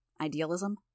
Idealism